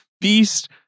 Beast